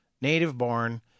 native-born